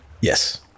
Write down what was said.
Yes